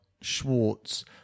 Schwartz